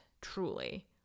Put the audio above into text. truly